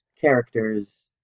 characters